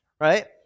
right